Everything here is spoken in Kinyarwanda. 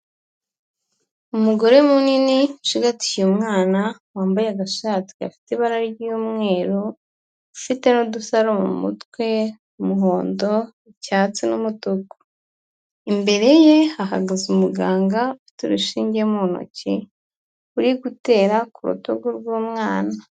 Umugore munini ucigatiye umwana, wambaye agashati gafite ibara ry'umweru, ufite n'udusaro mu mutwe, umuhondo, icyatsi n'umutuku, imbere ye hahagaze umuganga ufite urushinge mu ntoki, uri gutera ku rutugu rw'umwana.